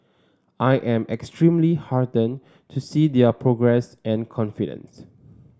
I am extremely heartened to see their progress and confidence